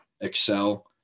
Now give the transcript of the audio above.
excel